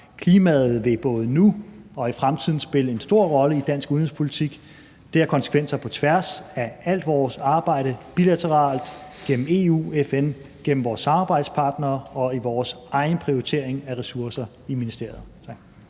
Klimaet vil både nu og i fremtiden spille en stor rolle i dansk udenrigspolitik. Det har konsekvenser på tværs af alt vores arbejde bilateralt, gennem EU og FN, gennem vores samarbejdspartnere og i vores egen prioritering af ressourcer i ministeriet.